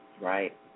Right